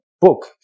book